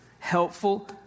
Helpful